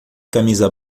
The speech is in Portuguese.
camisa